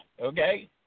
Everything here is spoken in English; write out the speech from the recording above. okay